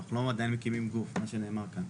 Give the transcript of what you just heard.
אנחנו לא עדיין מקימים גוף כמו שנאמר כאן.